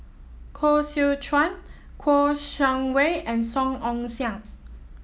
Koh Seow Chuan Kouo Shang Wei and Song Ong Siang